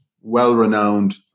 well-renowned